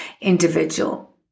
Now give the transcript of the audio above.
individual